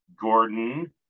Gordon